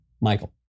Michael